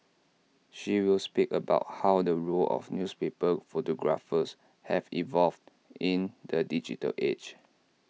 she will speak about how the role of newspaper photographers has evolved in the digital age